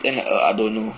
then err I don't know